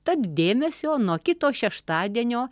tad dėmesio nuo kito šeštadienio